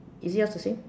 is yours the same